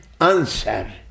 answer